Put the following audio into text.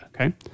Okay